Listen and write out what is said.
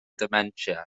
dementia